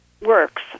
works